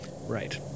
Right